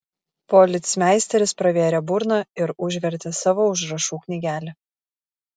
policmeisteris pravėrė burną ir užvertė savo užrašų knygelę